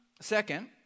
Second